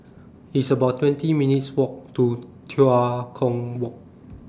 It's about twenty minutes' Walk to Tua Kong Walk